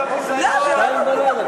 מה?